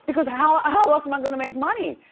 because how ah how else am i going to make money?